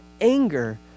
anger